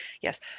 yes